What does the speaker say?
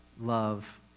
love